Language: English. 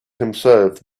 himself